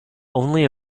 only